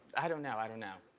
i don't know, i don't know.